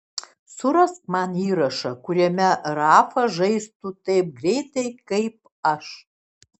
surask man įrašą kuriame rafa žaistų taip greitai kaip aš